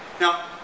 Now